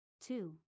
Two